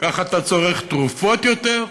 כך אתה צורך תרופות יותר,